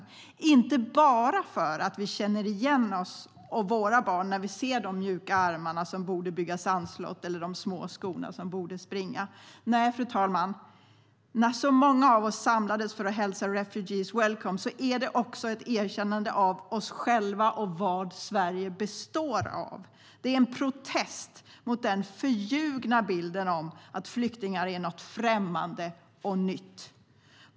Det var inte bara för att vi känner igen oss själva och våra barn när vi ser de mjuka armarna som borde bygga sandslott eller de små skorna som borde springa. Nej, fru talman, när så många av oss samlas för att hälsa refugees welcome är det också ett erkännande av oss själva och vad Sverige består av. Det är en protest mot den förljugna bilden av att flyktingar är något främmande och nytt.